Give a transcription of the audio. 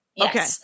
Okay